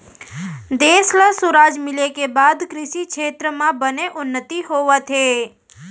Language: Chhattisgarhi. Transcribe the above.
देस ल सुराज मिले के बाद कृसि छेत्र म बने उन्नति होवत हे